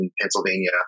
Pennsylvania